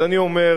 אז אני אומר,